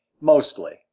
mostly